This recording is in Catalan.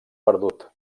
perdut